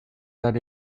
that